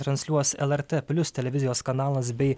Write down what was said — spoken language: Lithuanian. transliuos lrt plius televizijos kanalas bei